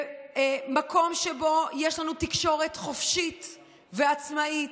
מקום שבו יש לנו תקשורת חופשית ועצמאית,